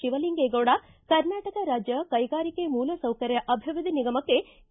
ಶಿವಲಿಂಗೇಗೌಡ ಕರ್ನಾಟಕ ರಾಜ್ಯ ಕೈಗಾರಿಕೆ ಮೂಲ ಸೌಕರ್ಯ ಅಭಿವೃದ್ದಿ ನಿಗಮಕ್ಕೆ ಕೆ